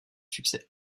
succès